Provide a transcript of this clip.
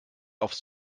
aufs